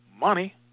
money